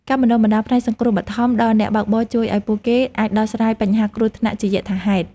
ការបណ្តុះបណ្តាលផ្នែកសង្គ្រោះបឋមដល់អ្នកបើកបរជួយឱ្យពួកគេអាចដោះស្រាយបញ្ហាគ្រោះថ្នាក់ជាយថាហេតុ។